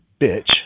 bitch